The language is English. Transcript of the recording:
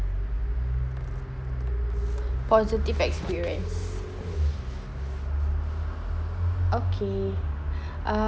positive experience okay uh